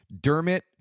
Dermot